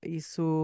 isso